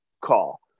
call